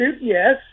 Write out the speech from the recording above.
yes